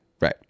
Right